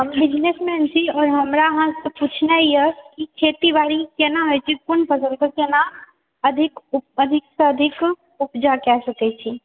हम बिजनेसमेन छी आओर हमरा अहाँसँ पूछना यए कि खेती बारी केना होइत छै क़ोन फ़सलके केना अधिकसँ अधिक उपजा कए सकैत छी